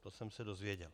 To jsem se dozvěděl.